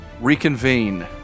reconvene